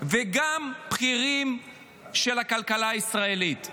וגם בכירים של הכלכלה הישראלית.